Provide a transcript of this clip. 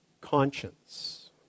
conscience